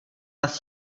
nad